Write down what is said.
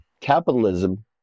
capitalism